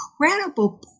incredible